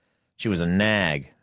she was a nag,